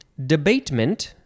Debatement